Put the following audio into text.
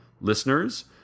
listeners